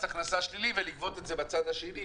הכנסה שלילי ולגבות את זה בצד השני.